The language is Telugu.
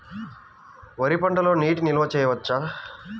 వరి పంటలో నీటి నిల్వ చేయవచ్చా?